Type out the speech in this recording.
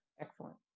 Excellent